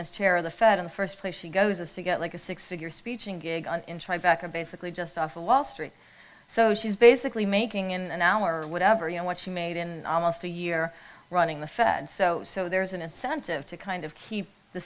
as chair of the fed in the st place she goes is to get like a six figure speech and gig in try back and basically just off the wall street so she's basically making in an hour or whatever you want she made in almost a year running the fed so so there's an incentive to kind of keep the